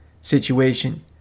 situation